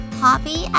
hobby